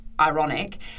ironic